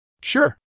Sure